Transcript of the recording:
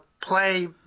play